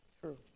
True